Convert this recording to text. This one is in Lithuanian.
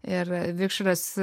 ir vikšras